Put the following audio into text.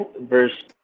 verse